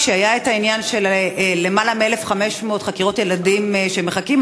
כשהיה העניין של למעלה מ-1,500 חקירות ילדים שמחכות,